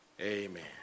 Amen